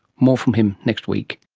more from him next week